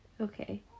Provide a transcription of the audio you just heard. Okay